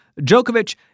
Djokovic